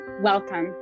welcome